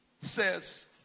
says